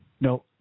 No